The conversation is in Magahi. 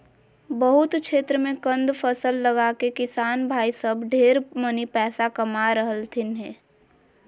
बहुत क्षेत्र मे कंद फसल लगाके किसान भाई सब ढेर मनी पैसा कमा रहलथिन हें